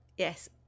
Yes